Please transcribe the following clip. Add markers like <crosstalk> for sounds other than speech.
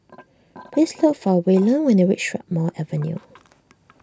<noise> please look for Waylon when you reach Strathmore Avenue